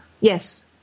yes